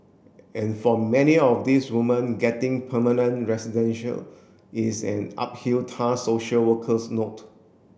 and for many of these woman getting permanent residential is an uphill task social workers note